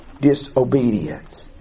disobedience